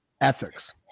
ethics